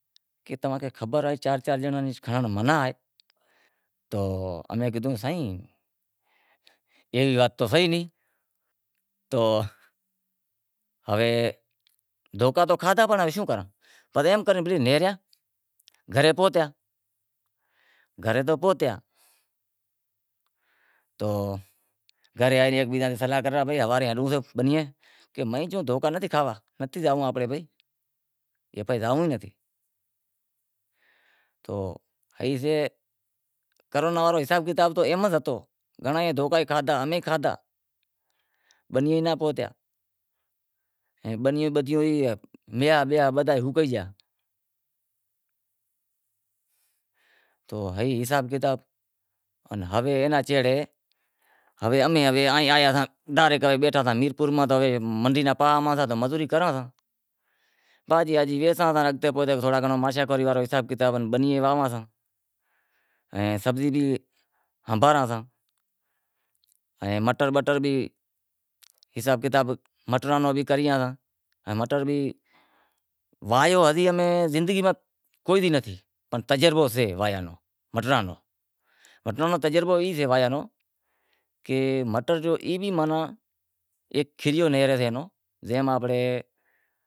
کہ توہاں کھے خبر آھے چار چار جنڑا کھنڑنڑ منع آھے، تو امیں کیدہو سائیں ایوی وات تو سے ئی نئیں، تو ہوے دھکا تو کادہا پر ہوے شوں کراں پسے ایم کرے بیلی نیہریا گھرے پوہتیا تو ہیکے بیزے سیں صلاح کرے رہیا کہ بیلی ہوارے ہلنڑو شے بنیئے کہ میں کہیو دھکا نتھی کھایا نتھی زائوں آپیں بھائی، زائوں ئی نتھی، تو ای سے کرونا واڑو حساب ایوو ہتو گھنڑا ئی دھکا کھادہا بنیئے ناں پہتیا بنیئے میں میہا بیہا بدہا ئی ہوکے گیا۔ تو ہئی حساب کتاب تو اینے سیڑے ہوے آیا ساں ڈاریک بیٹھا ساں میرپور ماتھے تو منڈی رے پاہے میں ساں تو مزوری کراں ساں، بھاجی باجی ویساں ساں تو تھوڑو گھنڑو ماشاخوری واڑو حساب ان بنی بھی واہواساں، ائیں سبزی بھی ہنبھاراں ساں ان مٹر بٹر ائیں مٹراں رو حساب کتاب بھی کریئاں ساں ان مٹر بھی واہویو امیں زندگی میں کوئی بھی نتھی پنڑ تجربو سےواہیا نوں مٹراں روں، مٹراں رو تجربو ای سے واہیا نو کہ مٹر جو ای بھی ماناں ہیک کھیریو نیہکرے سے جے ماں آنپڑے